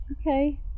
Okay